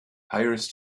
hires